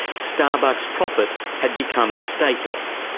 starbucks' profit had become stateless.